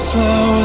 Slow